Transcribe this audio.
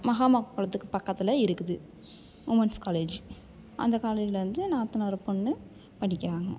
மகாமா குளத்துக்கு பக்கத்தில் இருக்குது உமென்ஸ் காலேஜ் அந்த காலேஜிலந்து நாத்தனார் பொண்ணு படிக்கிறாங்க